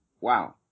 Wow